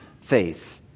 faith